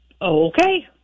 Okay